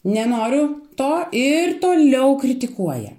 nenoriu to ir toliau kritikuoja